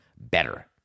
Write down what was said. better